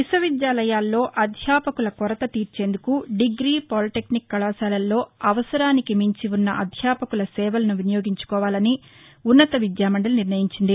విశ్వ విద్యాలయాల్లో అధ్యాపకుల కౌరత తీర్చేందుకు డిగ్రీ పాలిటెక్నిక్ కళాశాలల్లో అవసరానికి మించి ఉన్న అధ్యాపకుల సేవలను వినియోగించుకోవాలని ఉన్నత విద్యామండలి నిర్ణయించింది